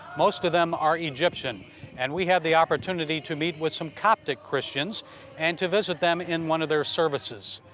most of them are egyptian and we had the opportunity to meet with some coptic christians and to visit them in one of their services.